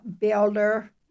builder